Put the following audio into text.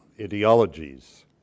ideologies